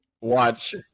watch